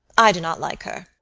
i do not like her.